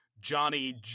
Johnny